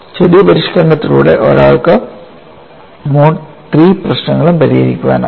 ചെറിയ പരിഷ്ക്കരണത്തിലൂടെ ഒരാൾക്ക് മോഡ് III പ്രശ്നങ്ങളും പരിഹരിക്കാനാകും